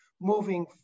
moving